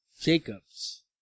Jacobs